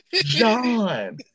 John